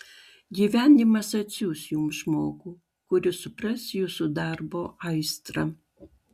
gyvenimas atsiųs jums žmogų kuris supras jūsų darbo aistrą